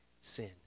sin